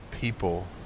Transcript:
people